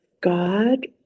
God